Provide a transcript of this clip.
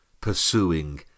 pursuing